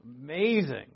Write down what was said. Amazing